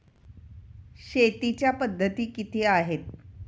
शेतीच्या पद्धती किती आहेत?